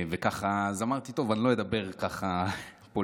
אז אמרתי, טוב, אז אני לא אדבר פוליטיקה hardcore,